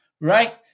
right